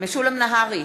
משולם נהרי,